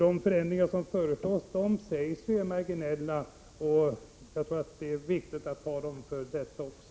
De förändringar som föreslås sägs vara marginella, och jag tror att det är viktigt att ta dem för det också.